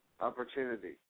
Opportunity